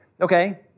okay